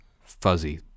fuzzy